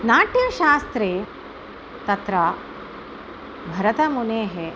नाट्यशास्त्रे तत्र भरतमुनेः